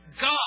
God